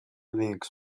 linux